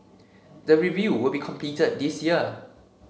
the review will be completed this year